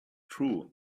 true